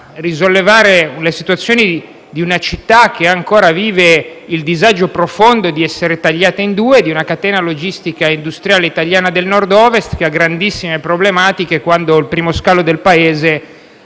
risollevare la situazione di una città che ancora vive il disagio profondo di essere tagliata in due e di una catena logistica e industriale italiana del Nord-Ovest che ha grandissime problematiche quando il primo scalo del Paese